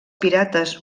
pirates